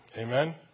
Amen